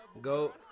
Go